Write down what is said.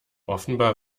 offenbar